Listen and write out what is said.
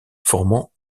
formant